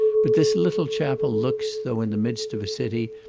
but this little chapel looks, though in the midst of a city,